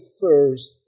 first